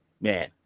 man